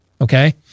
Okay